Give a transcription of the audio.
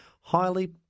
highly